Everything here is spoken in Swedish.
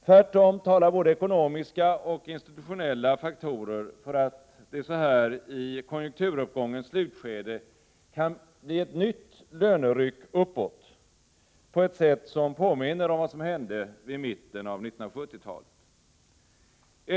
Tvärtom talar både ekonomiska och institutionella faktorer för att det så här i konjunkturuppgångens slutskede kan bli ett nytt löneryck uppåt på ett sätt som påminner om vad som hände vid mitten av 1970-talet.